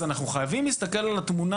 אז אנחנו חייבים להסתכל על התמונה